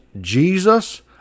Jesus